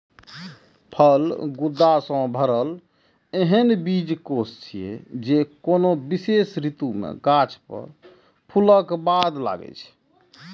फल गूदा सं भरल एहन बीजकोष छियै, जे कोनो विशेष ऋतु मे गाछ पर फूलक बाद लागै छै